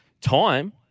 Time